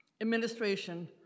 administration